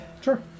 Sure